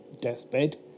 deathbed